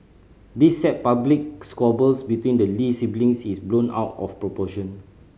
this sad public squabbles between the Lee siblings is blown out of proportion